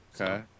okay